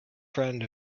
friend